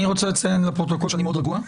אני רוצה לציין לפרוטוקול שאני מאוד רגוע,